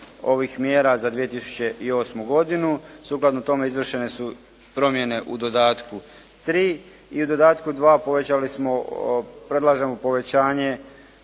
ovih mjera za 2008. godinu. Sukladno tome izvršene su promjene u dodatku 3 i u dodatku 2 predlažemo povećanje